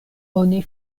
oni